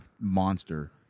monster